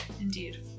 indeed